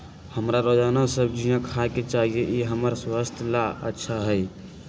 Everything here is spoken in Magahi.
हमरा रोजाना सब्जिया खाय के चाहिए ई हमर स्वास्थ्य ला अच्छा हई